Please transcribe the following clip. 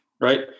right